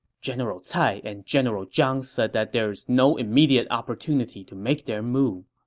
general cai and general zhang said that there is no immediate opportunity to make their move,